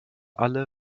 alle